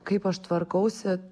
kaip aš tvarkausi